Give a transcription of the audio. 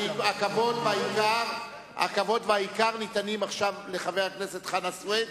הכבוד והיקר ניתנים עכשיו לחבר הכנסת חנא סוייד,